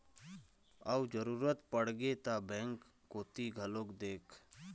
अउ जरुरत पड़गे ता बेंक कोती घलोक देख